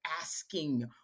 asking